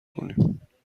کنیم